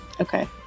okay